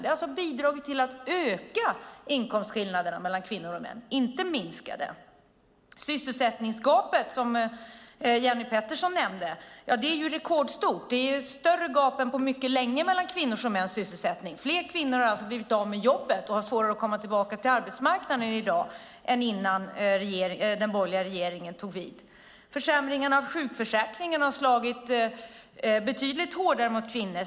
Det har alltså bidragit till ökade inkomstskillnader mellan kvinnor och män, inte minskade. Sysselsättningsgapet som Jenny Petersson nämnde är rekordstort. Det är ett större gap än på mycket länge mellan kvinnors och mäns sysselsättning. Fler kvinnor har alltså blivit av med jobbet och har svårare att komma tillbaka till arbetsmarknaden i dag än innan den borgerliga regeringen tog vid. Försämringen av sjukförsäkringen har slagit betydligt hårdare mot kvinnor.